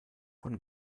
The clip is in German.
von